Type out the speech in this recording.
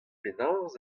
penaos